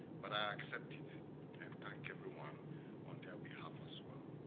but i accept it and thank everyone on their behalf as well.